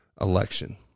election